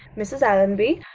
mrs. allonby,